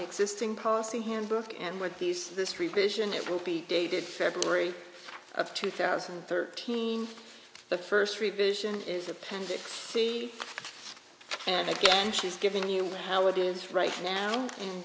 existing policy handbook and what piece this revision it will be dated february of two thousand and thirteen the first revision is appendix and again she's giving you how it is right now